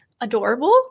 Adorable